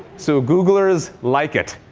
so googlers, like it.